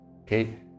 Okay